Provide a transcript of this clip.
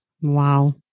Wow